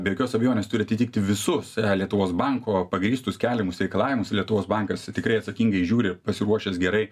be jokios abejonės turi atitikti visus lietuvos banko pagrįstus keliamus reikalavimus lietuvos bankas tikrai atsakingai žiūri pasiruošęs gerai